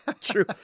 true